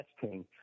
testing